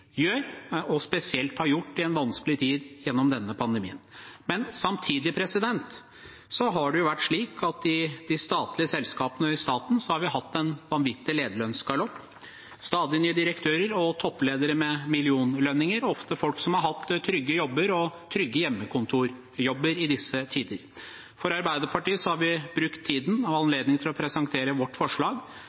gjør, og spesielt har gjort i en vanskelig tid gjennom denne pandemien. Samtidig har det vært slik at i de statlige selskapene og i staten har vi hatt en vanvittig lederlønnsgalopp, med stadig nye direktører og toppledere med millionlønninger, ofte folk som har hatt trygge jobber og trygge hjemmekontorjobber i disse tider. I Arbeiderpartiet har vi brukt tiden og bruker anledningen til å presentere vårt forslag,